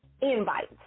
invites